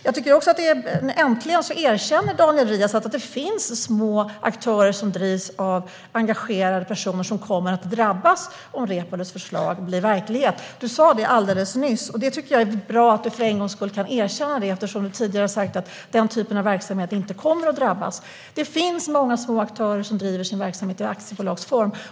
Jag tycker att det är bra att Daniel Riazat äntligen erkänner att det finns små företag som drivs av engagerade personer som kommer att drabbas om Reepalus förslag blir verklighet. Du sa det alldeles nyss, Daniel Riazat, och jag tycker att det är bra att du för en gångs skull kan erkänna det eftersom du tidigare har sagt att den typen av verksamhet inte kommer att drabbas. Det finns många små aktörer som bedriver sin verksamhet i aktiebolagsform.